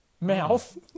Mouth